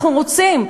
אנחנו רוצים,